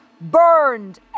burned